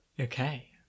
okay